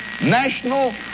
National